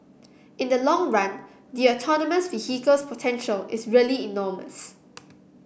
in the long run the autonomous vehicles potential is really enormous